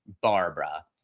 Barbara